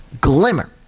glimmer